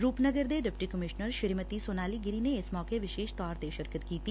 ਰੂਪਨਗਰ ਦੀ deputy commissioner Shrimati Sonali Giri ਨੇ ਇਸ ਮੌਕੇ ਵਿਸ਼ੇਸ਼ ਤੌਰ ਤੇ ਸ਼ਿਰਕਤ ਕੀਤੀ